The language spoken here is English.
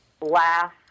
laugh